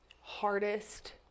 hardest